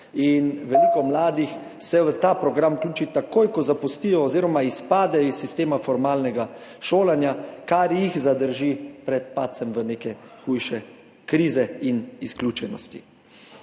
Veliko mladih se v ta program vključi takoj, ko zapustijo oziroma izpadejo iz sistema formalnega šolanja, kar jih zadrži pred padcem v neke hujše krize in izključenost.